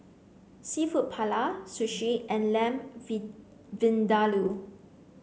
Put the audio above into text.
Seafood Paella Sushi and Lamb Vindaloo